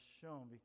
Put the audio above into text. shown